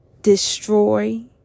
destroy